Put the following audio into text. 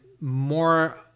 more